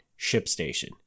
ShipStation